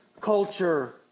culture